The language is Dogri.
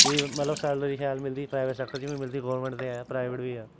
मतलब सैलरी शैल मिलदी प्राईवेट सैक्टर च बी मिलदी गोरमेंट ते ऐ प्राईवेट बी ऐ